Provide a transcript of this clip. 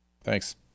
Thanks